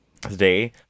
today